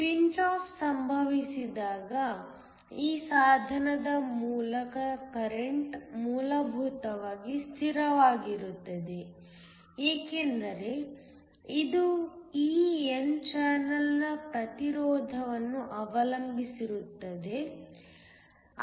pinch off ಸಂಭವಿಸಿದಾಗ ಈ ಸಾಧನದ ಮೂಲಕ ಕರೆಂಟ್ ಮೂಲಭೂತವಾಗಿ ಸ್ಥಿರವಾಗಿರುತ್ತದೆ ಏಕೆಂದರೆ ಇದು ಈ n ಚಾನಲ್ನ ಪ್ರತಿರೋಧವನ್ನು ಅವಲಂಬಿಸಿರುತ್ತದೆ